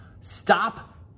stop